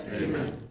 amen